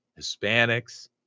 Hispanics